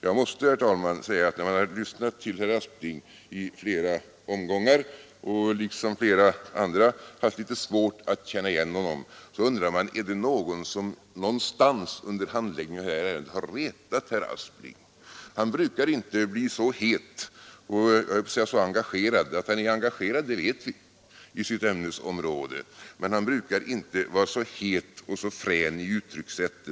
Jag måste, herr talman, erkänna att när jag har lyssnat till herr Aspling i flera omgångar och liksom flera andra haft litet svårt att känna igen honom, undrar jag: Är det någon som någonstans under handläggningen av det här ärendet har retat herr Aspling? Att han är engagerad i sitt ämnesområde vet vi, men han brukar inte vara så het och så frän i uttryckssätten.